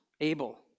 able